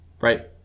Right